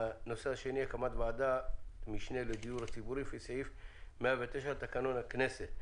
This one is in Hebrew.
והקמת ועדת משנה לדיור הציבורי לפי סעיף 109 לתקנון הכנסת.